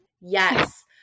Yes